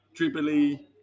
dribbly